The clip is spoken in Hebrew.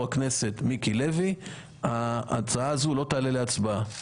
הכנסת מיקי לוי ההצעה הזאת לא תעלה להצבעה במליאה.